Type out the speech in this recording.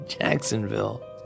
Jacksonville